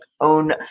own